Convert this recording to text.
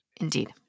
Indeed